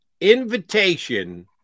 invitation